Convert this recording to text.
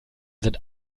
sind